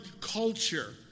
culture